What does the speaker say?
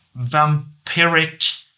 vampiric